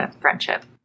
friendship